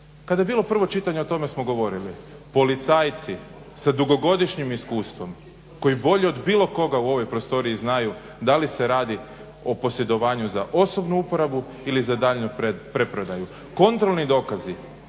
kada je bilo prvo čitanje o tome smo govorili. Policajci sa dugogodišnjim iskustvom koji bolje od bilo koga u ovoj prostoriji znaju da li se radi o posjedovanju za osobnu uporabu ili za daljnju preprodaju. Kontrolni dokazi,